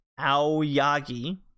Aoyagi